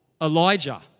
Elijah